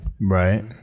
Right